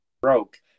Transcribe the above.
broke